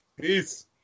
Peace